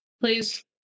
please